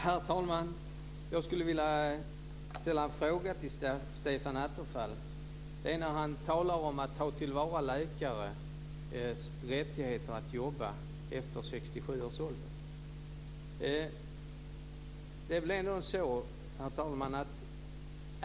Herr talman! Jag skulle vilja ställa en fråga till Stefan Attefall. Han talar om att ta till vara läkares rättigheter att jobba efter 67 års ålder.